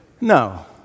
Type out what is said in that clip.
No